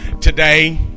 today